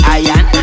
iron